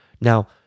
Now